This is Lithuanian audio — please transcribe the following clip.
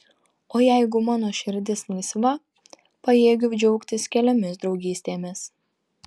o jeigu mano širdis laisva pajėgiu džiaugtis keliomis draugystėmis